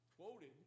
quoted